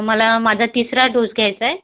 मला माझा तिसरा डोस घ्यायचा आहे